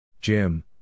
Jim